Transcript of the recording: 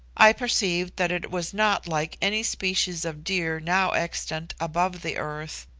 i perceived that it was not like any species of deer now extant above the earth,